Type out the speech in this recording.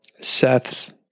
Seth's